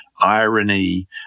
irony